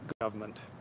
government